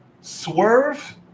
Swerve